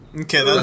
Okay